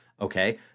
Okay